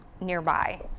nearby